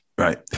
Right